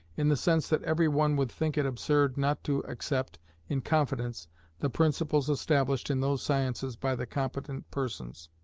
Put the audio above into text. in the sense that every one would think it absurd not to accept in confidence the principles established in those sciences by the competent persons.